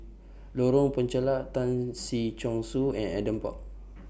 Lorong Penchalak Tan Si Chong Su and Adam Park